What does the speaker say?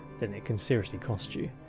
then it can seriously cost you.